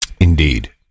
Indeed